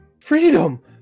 Freedom